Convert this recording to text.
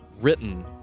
written